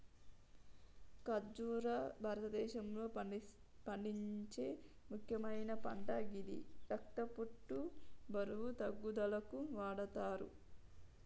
ఖర్బుజా భారతదేశంలో పండించే ముక్యమైన పంట గిది రక్తపోటు, బరువు తగ్గుదలకు వాడతరు